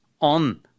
on